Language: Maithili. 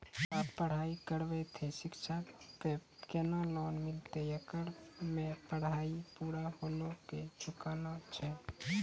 आप पराई करेव ते शिक्षा पे केना लोन मिलते येकर मे पराई पुरा होला के चुकाना छै?